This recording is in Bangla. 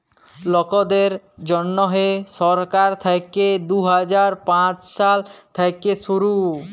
লকদের জ্যনহে সরকার থ্যাইকে দু হাজার পাঁচ সাল থ্যাইকে শুরু